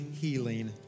healing